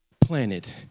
planet